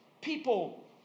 people